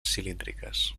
cilíndriques